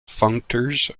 functors